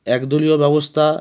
একদলীয় ব্যবস্তা